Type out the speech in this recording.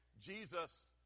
Jesus